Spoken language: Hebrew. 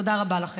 תודה רבה לכם.